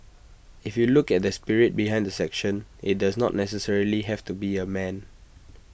if you look at the spirit behind the section IT does not necessarily have to be A man